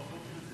רבותי